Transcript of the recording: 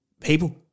people